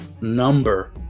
number